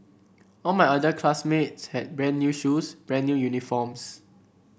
all my other classmates had brand new shoes brand new uniforms